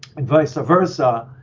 and vice versa.